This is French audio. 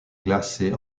classés